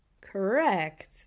correct